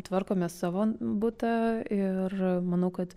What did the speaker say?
tvarkome savo butą ir manau kad